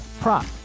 prop